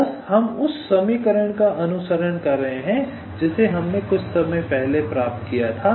तो बस हम उस समीकरण का अनुसरण कर रहे हैं जिसे हमने कुछ समय पहले प्राप्त किया था